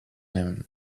him